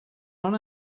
run